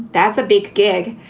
that's a big gig.